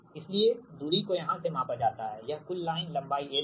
इसलिए दूरी को यहां से मापा जाता है यह कुल लाइन लंबाई l है